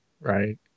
Right